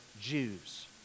Jews